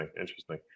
Interesting